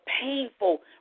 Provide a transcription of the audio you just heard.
painful